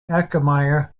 akiyama